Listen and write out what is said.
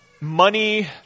money